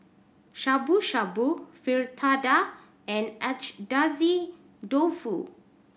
Shabu Shabu Fritada and Agedashi Dofu